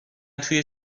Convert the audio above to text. توی